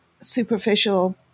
superficial